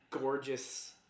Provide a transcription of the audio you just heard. gorgeous